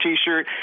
T-shirt